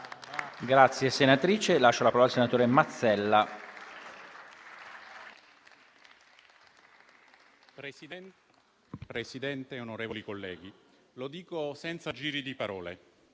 Presidente, onorevoli colleghi, lo dico senza giri di parole: